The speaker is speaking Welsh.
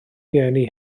rhieni